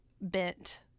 bent